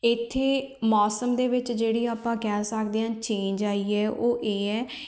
ਇੱਥੇ ਮੌਸਮ ਦੇ ਵਿੱਚ ਜਿਹੜੀ ਆਪਾਂ ਕਹਿ ਸਕਦੇ ਹਾਂ ਚੇਂਜ ਆਈ ਹੈ ਉਹ ਇਹ ਹੈ